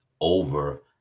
over